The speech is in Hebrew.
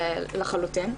לחלוטין.